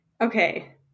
okay